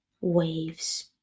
Waves